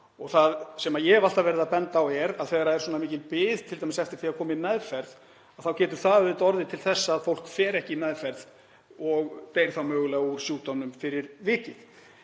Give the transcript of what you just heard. Það sem ég hef alltaf verið að benda á er að þegar það er svona mikil bið t.d. eftir því að koma í meðferð getur það orðið til þess að fólk fer ekki í meðferð og deyr mögulega úr sjúkdómnum fyrir vikið.